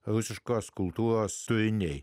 rusiškos kultūros turiniai